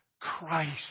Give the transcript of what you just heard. Christ